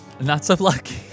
Not-so-lucky